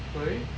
sorry